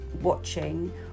watching